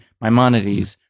Maimonides